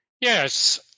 Yes